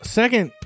second